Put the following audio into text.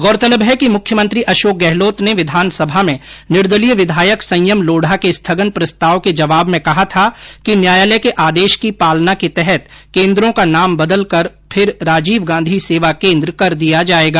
गौरतलब है कि मुख्यमंत्री अशोक गहलोत ने विधानसभा में निर्दलीय विधायक संयम लोढ़ा के स्थगन प्रस्ताव के जवाब में कहा था कि न्यायालय के आदेश की पालना के तहत केन्द्रों का नाम बदलकर फिर राजीव गांधी सेवा केन्द्र कर दिया जायेगा